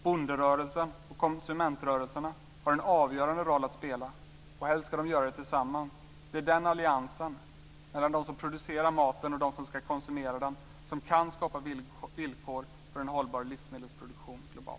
Bonderörelserna och konsumentrörelserna har en avgörande roll att spela, och helst ska de göra det tillsammans. Det är den alliansen, mellan de som producerar maten och de som ska konsumera den, som kan skapa villkor för en globalt hållbar livsmedelsproduktion.